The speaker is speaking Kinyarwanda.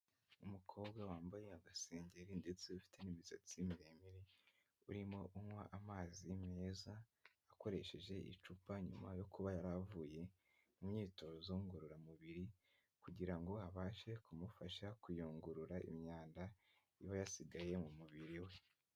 Umukobwa wambaye agasengeri ndetse ufite n'imisatsi miremire, urimo unywa amazi meza akoresheje icupa, nyuma yo kuba yari avuye mu myitozo ngororamubiri kugira ngo abashe kumufasha kuyungurura imyanda iba yasigaye mu mubiri we.